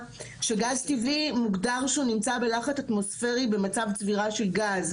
שגז טבעי מוגדר שהוא נמצא בלחץ אטמוספרי במצב צבירה של גז.